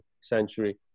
century